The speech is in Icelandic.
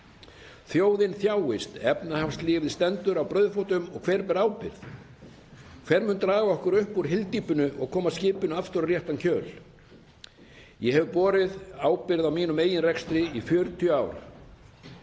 Þjóðin þjáist. Efnahagslífið stendur á brauðfótum. Og hver ber ábyrgð? Hver mun draga okkur upp úr hyldýpinu og koma skipinu aftur á réttan kjöl? Ég hef borið ábyrgð á mínum eigin rekstri í 40 ár.